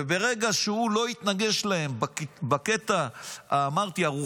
וברגע שהוא לא יתנגש להם בקטע הרוחני,